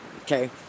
okay